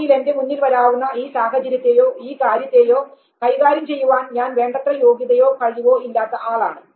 ഭാവിയിൽ എൻറെ മുന്നിൽ വരാവുന്ന ഈ സാഹചര്യത്തെയോ ഈ കാര്യത്തെയോ കൈകാര്യം ചെയ്യുവാൻ ഞാൻ വേണ്ടത്ര യോഗ്യതയോ കഴിവോ ഇല്ലാത്ത ആളാണ്